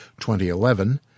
2011